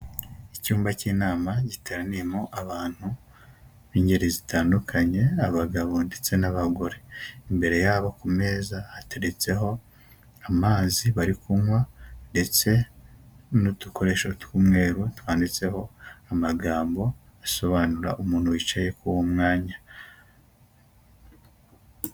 Icyumba cy'inama giteraniyemo abantu b'ingeri zitandukanye abagabo ndetse n'abagore, imbere yabo ku meza hateretseho amazi bari kunywa, ndetse n'udukoresho tw'umweru twanditseho amagambo asobanura umuntu wicaye ku uwo mwanya.